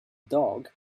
dog